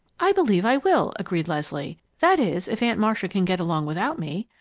i believe i will, agreed leslie, that is, if aunt marcia can get along without me.